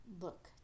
look